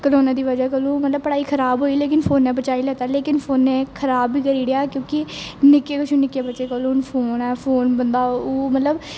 corona दी बजह कन्नै मतलब पढाई खराब़ होई लेकिन फोन ने बचाई लैता लेकिन फोनें खराब बी करी ओड़ेआ क्योंकि निक्के कशा निक्के बच्चे कोल हून फोन ऐ फोन बंदे गी ओह् मतलब